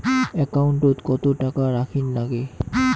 একাউন্টত কত টাকা রাখীর নাগে?